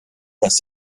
dass